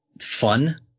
fun